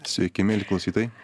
sveiki mieli klausytojai